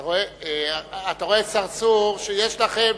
אתה רואה, צרצור, שיש לכם